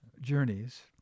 journeys